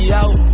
out